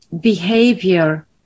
behavior